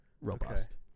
robust